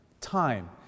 Time